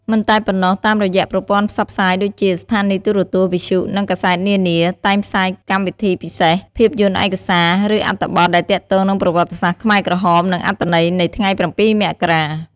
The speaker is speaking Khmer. មិនតែប៉ុណ្ណោះតាមរយៈប្រព័ន្ធផ្សព្វផ្សាយដូចជា ស្ថានីយ៍ទូរទស្សន៍ វិទ្យុ និងកាសែតនានា តែងផ្សាយកម្មវិធីពិសេស ភាពយន្តឯកសារ ឬអត្ថបទដែលទាក់ទងនឹងប្រវត្តិសាស្ត្រខ្មែរក្រហម និងអត្ថន័យនៃថ្ងៃ៧ មករា។